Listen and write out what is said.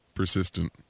Persistent